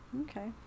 Okay